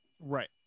Right